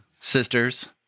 sisters